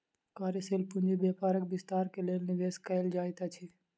कार्यशील पूंजी व्यापारक विस्तार के लेल निवेश कयल जाइत अछि